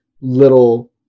Little